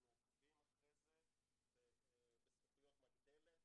אנחנו עוקבים אחרי זה בזכוכיות מגדלת,